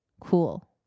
cool